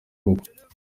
gukwa